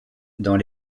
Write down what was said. dans